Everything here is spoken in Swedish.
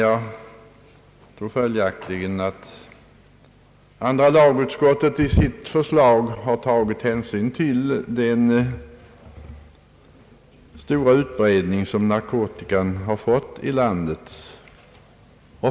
Jag tror följaktligen att andra lagutskottet i sitt förslag har tagit hänsyn till den stora utbredning som narkotikan har fått i landet.